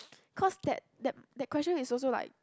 cause that that that question is also like